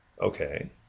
Okay